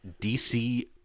DC